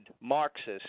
Marxist